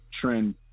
Trend